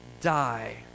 die